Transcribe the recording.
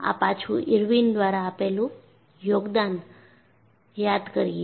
આ પાછુ ઇરવિન દ્વારા આપેલું યોગદાન યાદ કરીએ